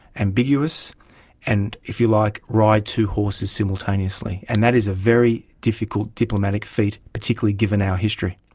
ambiguous and, if you like, ride two horses simultaneously, and that is a very difficult diplomatic feat, particularly given our history.